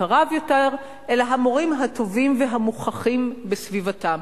הרב יותר אלא המורים הטובים והמוכחים בסביבתם.